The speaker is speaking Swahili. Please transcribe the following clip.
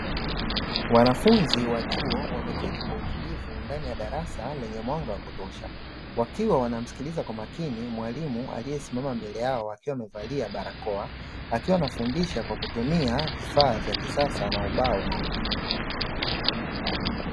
Wanafunzi wa chuo wameketi kwa utulivu ndani ya darasa lenye mwanga wa kutosha, wakiwa wanamsikiliza kwa makini mwalimu aliyesimama mbele yao akiwa amevalia barakoa, akiwa anafundisha kwa kutumia vifaa vya kisasa na ubao mweupe.